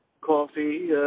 coffee